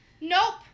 Nope